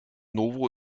novo